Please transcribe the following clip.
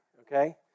okay